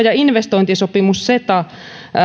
ja investointisopimus ceta